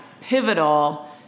pivotal